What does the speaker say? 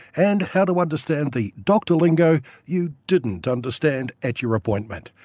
and how to understand the doctor lingo you didn't understand at your appointment,